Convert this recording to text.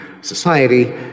society